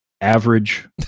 average